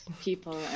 people